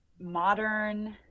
modern